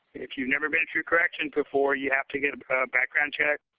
if you've never been through correction before, you have to get a background check,